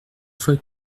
fois